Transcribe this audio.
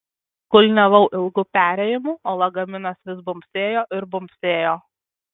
kulniavau ilgu perėjimu o lagaminas vis bumbsėjo ir bumbsėjo